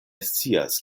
scias